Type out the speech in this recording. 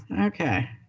Okay